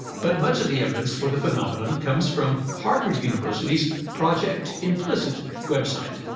but much of the evidence for the phenomenon comes from harvard university's project implicit website,